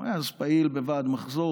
הוא היה אז פעיל בוועד מחזור,